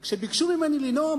היה אומר: כשביקשו ממני לנאום,